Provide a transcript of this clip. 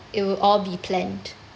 it will all be planned